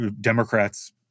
Democrats